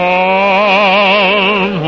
on